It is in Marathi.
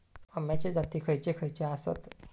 अम्याचे जाती खयचे खयचे आसत?